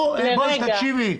וחלילה לרגע לא חשבתי כך.